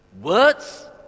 Words